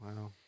Wow